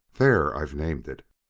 there i've named it!